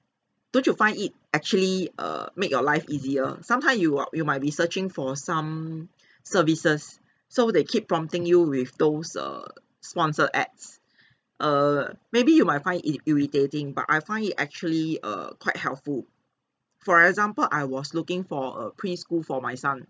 don't you find it actually err make your life easier sometime you are you might be searching for some services so they keep prompting you with those err sponsor ads err maybe you might find it irritating but I find it actually err quite helpful for example I was looking for a pre-school for my son